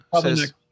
says